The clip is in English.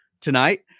tonight